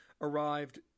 arrived